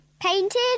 painted